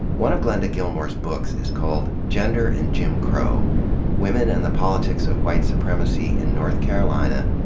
one of glenda gilmore's books is called gender and jim crow women and the politics of white supremacy in north carolina,